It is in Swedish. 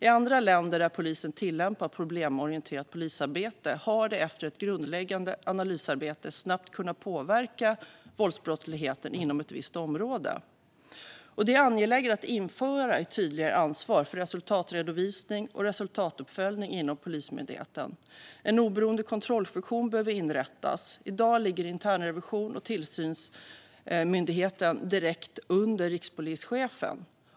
I andra länder där polisen tillämpar problemorienterat polisarbete har man efter ett grundläggande analysarbete snabbt kunnat påverka våldsbrottsligheten inom ett visst område. Det är angeläget att införa ett tydligare ansvar för resultatredovisning och resultatuppföljning inom Polismyndigheten. En oberoende kontrollfunktion behöver inrättas. I dag ligger internrevisionen och tillsynsmyndigheten direkt under rikspolischefen.